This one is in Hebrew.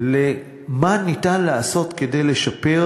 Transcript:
מה ניתן לעשות כדי לשפר.